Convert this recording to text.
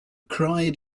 cried